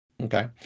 Okay